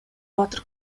баатыр